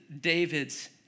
David's